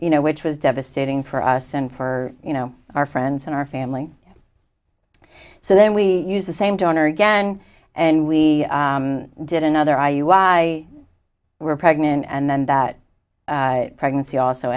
you know which was devastating for us and for you know our friends in our family so then we use the same donor again and we did another are you why we're pregnant and then that pregnancy also